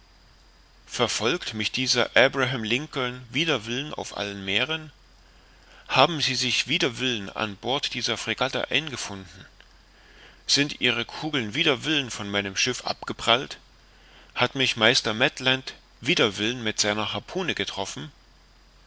verfolgt mich der abraham lincoln wider willen auf allen meeren haben sie sich wider willen an bord dieser fregatte eingefunden sind ihre kugeln wider willen von meinem schiff abgeprallt hat mich meister ned land wider willen mit seiner harpune getroffen